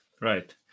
Right